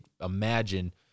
imagine